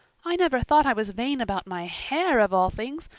i never thought i was vain about my hair, of all things,